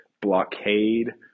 blockade